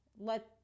let